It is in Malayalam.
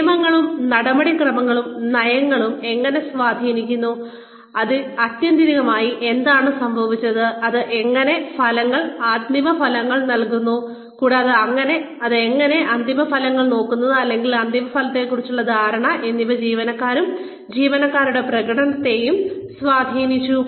നിയമങ്ങളും നടപടിക്രമങ്ങളും നയങ്ങളും എങ്ങനെ സ്വാധീനിക്കപ്പെട്ടു ആത്യന്തികമായി എന്താണ് സംഭവിച്ചത് അത് എങ്ങനെ ഫലങ്ങൾ അന്തിമഫലങ്ങൾ നൽകുന്നു കൂടാതെ അത് എങ്ങനെ അന്തിമഫലങ്ങൾ നോക്കുന്നത് അല്ലെങ്കിൽ അന്തിമഫലത്തെക്കുറിച്ചുള്ള ധാരണ എന്നിവ ജീവനക്കാരനെയും ജീവനക്കാരുടെ പ്രകടനത്തെയും സ്വാധീനിച്ചു